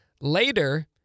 Later